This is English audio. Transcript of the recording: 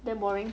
then boring